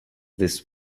this